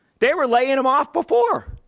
they were laying them off before.